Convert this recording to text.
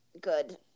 good